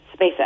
SpaceX